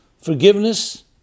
forgiveness